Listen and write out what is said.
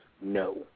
no